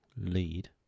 lead